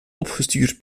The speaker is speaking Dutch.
opgestuurd